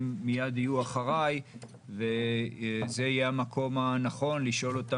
הם יהיו מיד אחריי וזה יהיה המקום הנכון